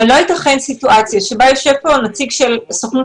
לא תיתכן סיטואציה בה יושב כאן נציג הסוכנות